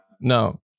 No